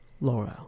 laurel